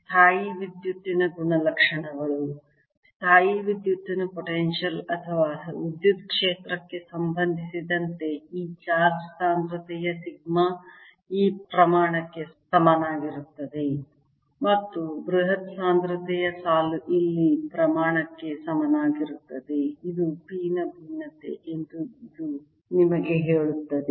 ಸ್ಥಾಯೀವಿದ್ಯುತ್ತಿನ ಗುಣಲಕ್ಷಣಗಳು ಸ್ಥಾಯೀವಿದ್ಯುತ್ತಿನ ಪೊಟೆನ್ಶಿಯಲ್ ಅಥವಾ ವಿದ್ಯುತ್ ಕ್ಷೇತ್ರಕ್ಕೆ ಸಂಬಂಧಿಸಿದಂತೆ ಈ ಚಾರ್ಜ್ ಸಾಂದ್ರತೆಯ ಸಿಗ್ಮಾ ಈ ಪ್ರಮಾಣಕ್ಕೆ ಸಮನಾಗಿರುತ್ತದೆ ಮತ್ತು ಬೃಹತ್ ಸಾಂದ್ರತೆಯ ಸಾಲು ಇಲ್ಲಿ ಈ ಪ್ರಮಾಣಕ್ಕೆ ಸಮನಾಗಿರುತ್ತದೆ ಇದು p ನ ಭಿನ್ನತೆ ಎಂದು ಇದು ನಿಮಗೆ ಹೇಳುತ್ತದೆ